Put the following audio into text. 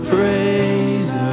praise